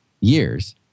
years